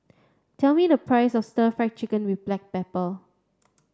tell me the price of Stir Fry Chicken with Black Pepper